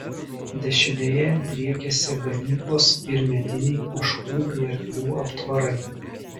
dešinėje driekėsi ganyklos ir mediniai ožkų bei arklių aptvarai